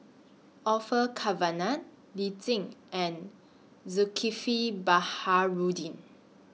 Orfeur Cavenagh Lee Tjin and Zulkifli Baharudin